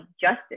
justice